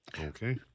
Okay